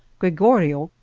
gregorio,